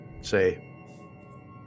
say